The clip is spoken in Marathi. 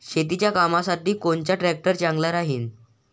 शेतीच्या कामासाठी कोनचा ट्रॅक्टर चांगला राहीन?